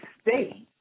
state